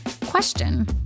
Question